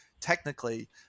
technically